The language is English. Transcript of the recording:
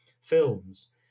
films